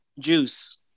Juice